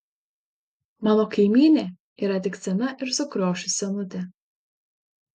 mano kaimynė yra tik sena ir sukriošus senutė